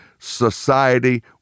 society